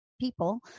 people